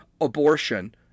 abortion